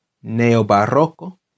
neobarroco